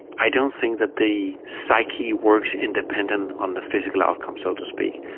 i don't think that the psyche works independent on the physical outcome, so to speak,